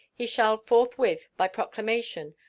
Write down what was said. he shall forthwith, by proclamation,